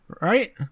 Right